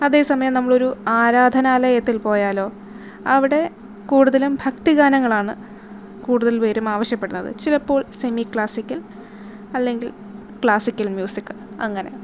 അതേ സമയം നമ്മളൊരു ആരാധനാലയത്തില് പോയാലോ അവിടെ കൂടുതലും ഭക്തിഗാനങ്ങളാണ് കൂടുതല് പേരും ആവശ്യപ്പെടുന്നത് ചിലപ്പോള് സെമി ക്ലാസ്സിക്കല് അല്ലെങ്കില് ക്ലാസിക്കല് മ്യൂസിക് അങ്ങനെ